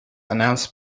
announced